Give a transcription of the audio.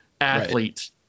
athlete